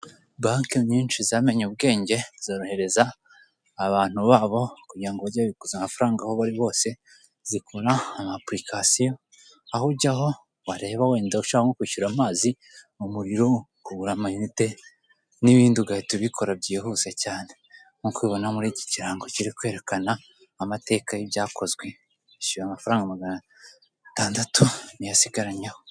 Banke nyinshi zamenye ubwenge, zorohereza abantu babo kugirango bajye babikuza amafaranga aho bari bose zikora ama apulikasiyo, aho ujyaho wareba wenda ushaka kwishyura amazi, umuriro, kugura ama unite n'ibindi ugahita ubikora byihuse cyane, nkuko ubona muriki kirango kiri kwerekana amateka y'ibyakozwe, yishyuye amafaranga magana atandatu, niyo asigaranyeho.